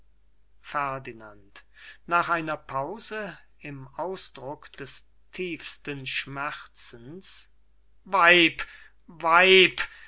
ferdinand nach einer pause im ausdruck des tiefsten schmerzes weib weib